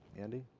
andy?